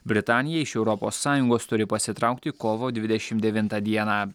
britanija iš europos sąjungos turi pasitraukti kovo dvidešimt devintą dieną